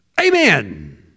Amen